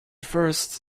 first